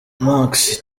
max